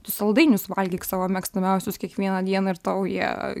tu saldainius valgyk savo mėgstamiausius kiekvieną dieną ir tau jie